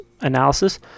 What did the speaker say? analysis